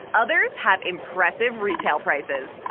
others have impressive retail prices.